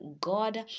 God